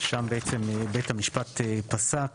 שם בית המשפט פסק